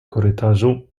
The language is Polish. korytarzu